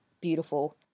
beautiful